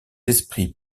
esprits